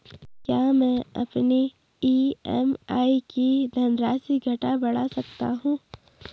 क्या मैं अपनी ई.एम.आई की धनराशि घटा बढ़ा सकता हूँ?